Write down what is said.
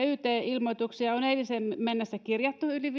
yt ilmoituksia on eiliseen mennessä kirjattu yli